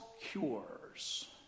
cures